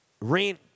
Rent